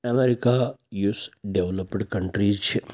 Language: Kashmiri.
اَمریٖکہ یُس ڈٮ۪ولَاپٕڈ کَنٹرٛیٖز چھِ